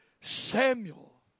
Samuel